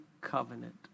covenant